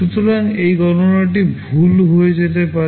সুতরাং এই গণনাটি ভুল হয়ে যেতে পারে